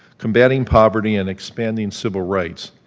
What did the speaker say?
combating poverty, and expanding civil rights.